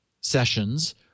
sessions